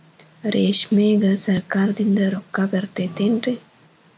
ರೇಷ್ಮೆಗೆ ಸರಕಾರದಿಂದ ರೊಕ್ಕ ಬರತೈತೇನ್ರಿ?